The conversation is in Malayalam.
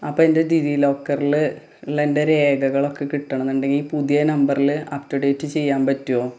അപ്പം എന്റെ ഡിജി ലോക്കറിൽ ഉള്ള എന്റെ രേഖകളൊക്കെ കിട്ടണം എന്നുണ്ടെങ്കിൽ ഈ പുതിയ നമ്പറിൽ അപ്ടുഡേറ്റ് ചെയ്യാന് പറ്റുമോ